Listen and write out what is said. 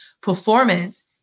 performance